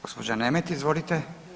Gospođa Nemet, izvolite.